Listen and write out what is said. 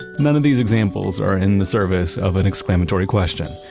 none of these examples are in the service of an exclamatory question.